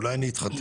אולי אני אתחתן.